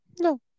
no